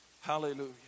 Hallelujah